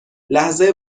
لحظه